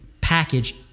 package